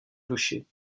duši